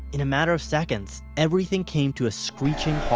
in a matter of seconds, everything came to a screeching halt.